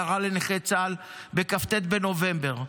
הוקרה לנכי צה"ל בכ"ט בנובמבר,